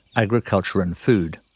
agriculture and food.